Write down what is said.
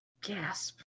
Gasp